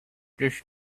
this